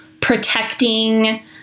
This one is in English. protecting